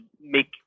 make